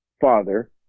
father